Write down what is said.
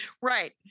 right